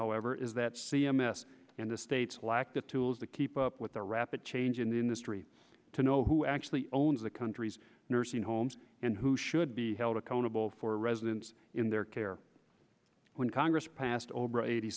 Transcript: however is that c m s and the states lack the tools to keep up with the rapid change in the industry to know who actually owns the country's nursing homes and who should be held accountable for residence in their care when congress passed over eighty